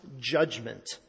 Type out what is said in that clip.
judgment